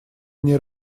они